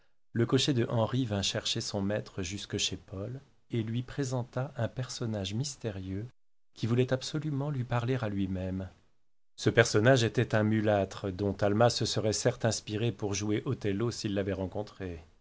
le cocher d'henri vint chercher son maître jusque chez paul et lui présenta un personnage mystérieux qui voulait absolument lui parler à lui-même ce personnage était un mulâtre dont talma se serait certes inspiré pour jouer othello s'il l'avait rencontré